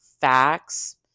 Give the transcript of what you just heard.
facts